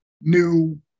new